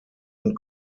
und